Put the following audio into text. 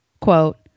quote